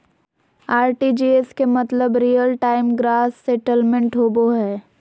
RTGS के मतलब real time gross settlement होबो हय